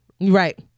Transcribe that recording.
right